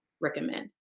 recommend